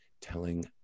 telling